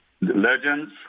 Legends